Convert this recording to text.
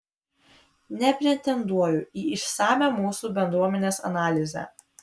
nepretenduoju į išsamią mūsų bendruomenės analizę